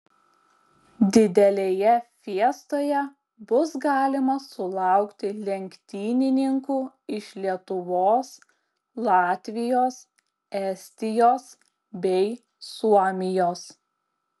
didelėje fiestoje bus galima sulaukti lenktynininkų iš lietuvos latvijos estijos bei suomijos